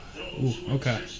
okay